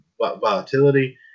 volatility